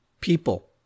people